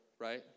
right